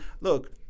Look